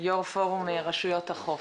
יו"ר פורום רשויות החוף.